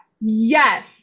Yes